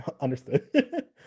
Understood